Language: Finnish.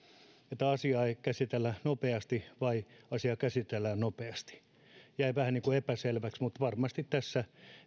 että asiaa ei käsitellä nopeasti vai että asia käsitellään nopeasti jäi vähän niin kuin epäselväksi mutta varmasti tässä